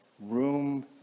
Room